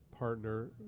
Partner